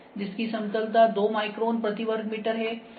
जिसकी समतलता 2 माइक्रोन प्रति वर्ग मीटर है